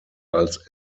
als